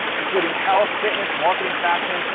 including health, fitness, marketing, fashion,